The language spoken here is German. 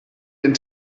den